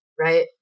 right